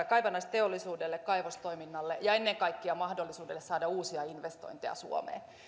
kaivannaisteollisuudelle kaivostoiminnalle ja ennen kaikkea mahdollisuudelle saada uusia investointeja suomeen